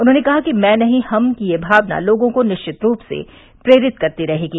उन्होंने कहा कि मैं नहीं हम की यह भावना लोगों को निश्वित रूप से प्रेरित करती रहेगी